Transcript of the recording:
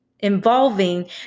involving